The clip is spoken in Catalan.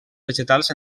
vegetals